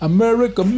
America